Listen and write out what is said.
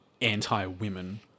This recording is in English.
anti-women